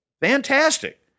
Fantastic